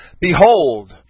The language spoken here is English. Behold